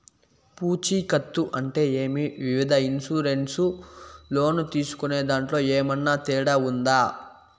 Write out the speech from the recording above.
పూచికత్తు అంటే ఏమి? వివిధ ఇన్సూరెన్సు లోను తీసుకునేదాంట్లో ఏమన్నా తేడా ఉందా?